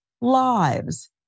lives